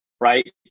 Right